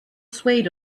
swayed